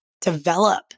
develop